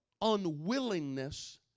unwillingness